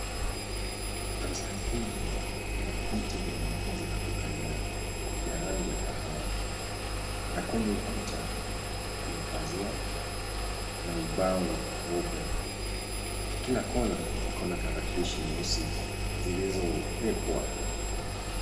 Darasani humu kuna viti vya wanafunzi vya kukalia vya rangi ya kahawa, na kwenye ukuta kuna pazia na ubao mweupe. Kila kona iko na tarakilishi nyeusi zilizoekwa.